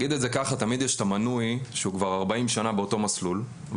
תמיד יש את המנוי שהוא כבר 40 שנה באותו מסלול,